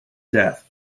death